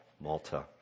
Malta